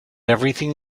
everything